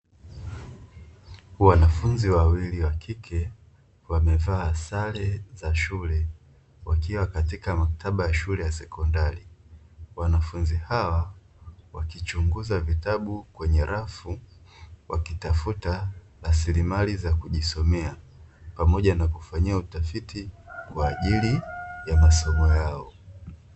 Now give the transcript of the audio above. Wanafunzi wawili wa kike wamevaa sare za shule wakiwa katika maktaba ya shule ya sekondari, wanafunzi hawa wakichunguza vitabu kwenye rafu, wakitafuta rasilimali za kujisomea pamoja na kufanyia utafiti kwa ajili ya masomo yao.